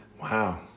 Wow